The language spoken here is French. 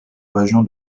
région